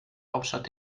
hauptstadt